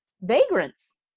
vagrants